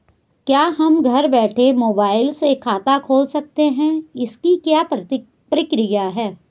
क्या हम घर बैठे मोबाइल से खाता खोल सकते हैं इसकी क्या प्रक्रिया है?